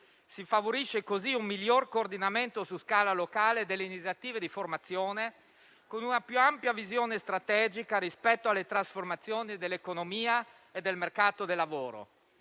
Si favorisce così un miglior coordinamento su scala locale delle iniziative di formazione, con una più ampia visione strategica rispetto alle trasformazioni dell'economia e del mercato del lavoro.